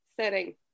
setting